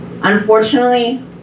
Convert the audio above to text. Unfortunately